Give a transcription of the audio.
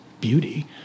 beauty